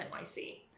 NYC